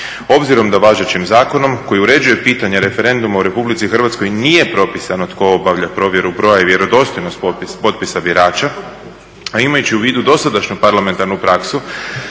Obzirom da važećim zakonom koji uređuje pitanje referenduma u Republici Hrvatskoj nije propisano tko obavlja provjeru broja i vjerodostojnost potpisa birača, a imajući u vidu dosadašnju parlamentarnu praksu,